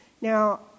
now